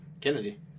Kennedy